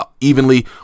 evenly